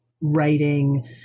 writing